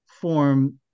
form